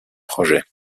projets